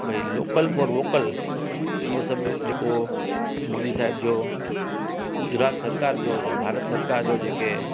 भई local for vocal इहो सभु जेको मोदी साहिब जो गुजरात सरकार जो जा भारत सरकार जो जेके